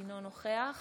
אינו נוכח